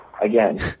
Again